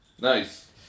Nice